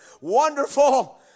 Wonderful